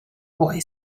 boy